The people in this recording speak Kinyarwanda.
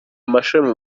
amashami